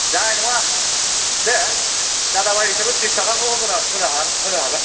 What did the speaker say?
जानाय नङा दे दादा भाइ हिसाबै थ्रिस ताखाखौ होनो होनो हागोन